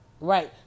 Right